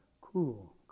cool